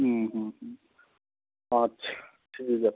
হুম হুম হুম আচ্ছা ঠিক আছে